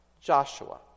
Joshua